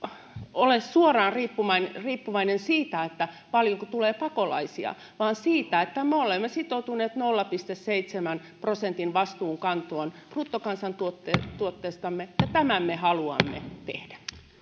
ole suoraan riippuvaista siitä paljonko tulee pakolaisia vaan se johtuu siitä että me olemme sitoutuneet nolla pilkku seitsemän prosentin vastuunkantoon bruttokansantuotteestamme ja tämän me haluamme tehdä